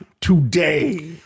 today